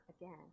again